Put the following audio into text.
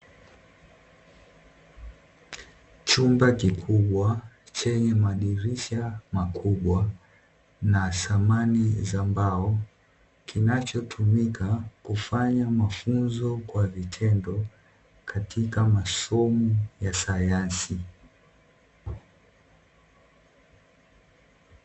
Chumba kikubwa chenye madirisha makubwa na samani za mbao kinachotumika kufanya mafunzo kwa vitendo katika masomo ya sayansi.